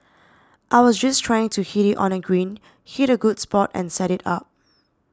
I was just trying to hit it on the green hit a good shot and set it up